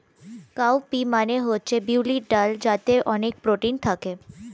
cow P মানে হচ্ছে বিউলির ডাল যাতে অনেক প্রোটিন থাকে